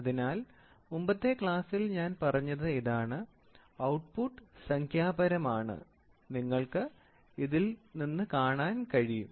അതിനാൽ മുമ്പത്തെ ക്ലാസ്സിൽ ഞാൻ പറഞ്ഞത് ഇതാണ് ഔട്ട്പുട്ട് സംഖ്യാപരമാണ് നിങ്ങൾക്ക് ഇതിൽ നിന്ന് കാണാൻ കഴിയും